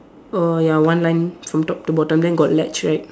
err ya one line from top to bottom then got ledge right